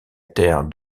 terre